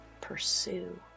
pursue